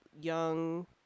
young